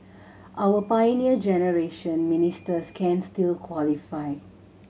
our Pioneer Generation Ministers can still qualify